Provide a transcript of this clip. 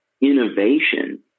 innovation